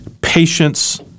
patience